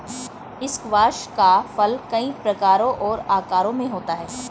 squash का फल कई प्रकारों और आकारों में होता है